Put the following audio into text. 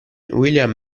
william